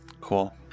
Cool